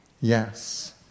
Yes